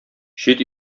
чит